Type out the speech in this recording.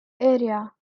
area